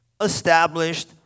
established